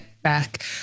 Back